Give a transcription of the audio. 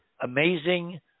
amazing